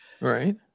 Right